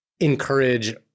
encourage